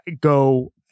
go